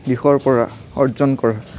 দিশৰ পৰা অৰ্জন কৰা